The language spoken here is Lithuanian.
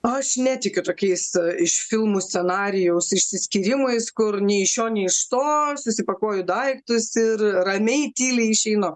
aš netikiu tokiais iš filmų scenarijaus išsiskyrimais kur nei iš šio nei iš to susipakuoju daiktus ir ramiai tyliai išeinu